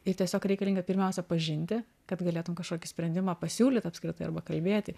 ir tiesiog reikalinga pirmiausia pažinti kad galėtum kažkokį sprendimą pasiūlyt apskritai arba kalbėti